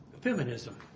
Feminism